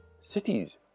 cities